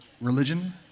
religion